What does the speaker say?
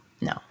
No